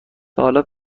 تاحالا